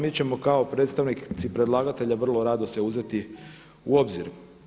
Mi ćemo kao predstavnici predlagatelja vrlo rado sve uzeti u obzir.